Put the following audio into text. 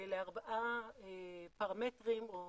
לארבעה פרמטרים או